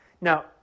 Now